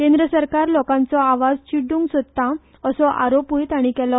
केंद्र सरकार लोकांचो आवाज चिड्डुंक सोदता असो आरोपूय ताणी केलो